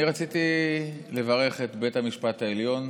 אני רציתי לברך את בית המשפט העליון.